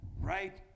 Right